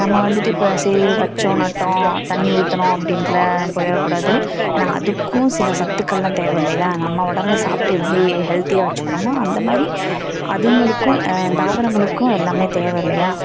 நம்ம வந்துட்டு இப்போ சரி வச்சோம் நட்டோம் தண்ணி ஊத்துனோம் அப்படின்ட்டுலாம் போயிடக் கூடாது ஏன்னா அதுக்கும் சில சத்துக்கள்லாம் தேவை இல்லையா நம்ம உடம்பு சாப்பிட்டு எப்படி ஹெல்த்தியாக வச்சிக்கிறோமோ அந்த மாதிரி அதுங்களுக்கும் தாவரங்களுக்கும் எல்லாமே தேவை இல்லையா